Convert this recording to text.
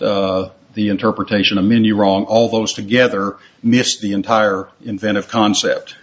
the interpretation of menu wrong all those together missed the entire inventive concept